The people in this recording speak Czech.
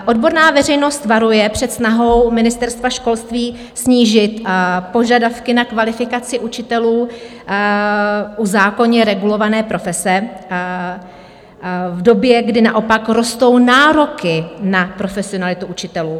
Odborná veřejnost varuje před snahou Ministerstva školství snížit požadavky na kvalifikaci učitelů u zákonně regulované profese v době, kdy naopak rostou nároky na profesionalitu učitelů.